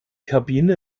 kabine